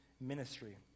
ministry